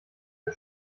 der